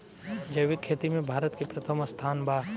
जैविक खेती में भारत के प्रथम स्थान बा